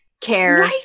care